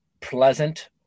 pleasant